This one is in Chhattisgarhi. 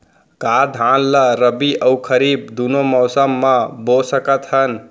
का धान ला रबि अऊ खरीफ दूनो मौसम मा बो सकत हन?